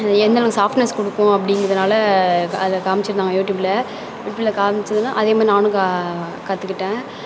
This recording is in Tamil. எந்தளவு சாஃப்ட்னஸ் கொடுக்கும் அப்படிங்கிறதுனால அதில் காமிச்சுருந்தாங்க யூடியூப்பில் யூடியூப்பில் காமித்ததுனா அதேமாதிரி நானும் க கற்றுக்கிட்டேன்